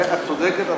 את צודקת,